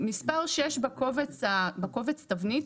מספר 6 בקובץ תבנית,